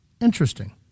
Interesting